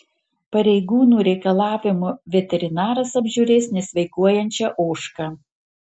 pareigūnų reikalavimu veterinaras apžiūrės nesveikuojančią ožką